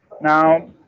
Now